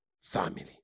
family